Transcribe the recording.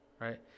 right